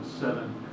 Seven